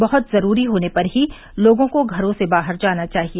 बहुत जरूरी होने पर ही लोगों को घरों से बाहर जाना चाहिए